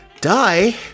die